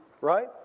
right